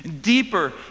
deeper